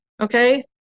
okay